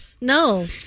No